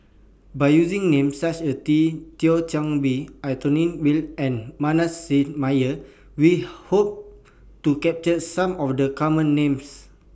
By using Names such as Tea Thio Chan Bee Anthony Miller and Manasseh Meyer We Hope to capture Some of The Common Names